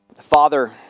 Father